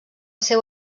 seu